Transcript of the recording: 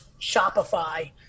Shopify